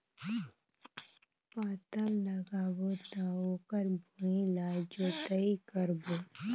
पातल लगाबो त ओकर भुईं ला जोतई करबो?